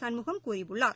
சண்முகம் கூறியுள்ளார்